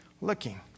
looking